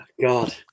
God